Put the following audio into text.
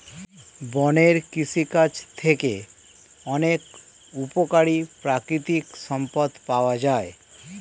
বনের কৃষিকাজ থেকে অনেক উপকারী প্রাকৃতিক সম্পদ পাওয়া যায়